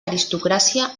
aristocràcia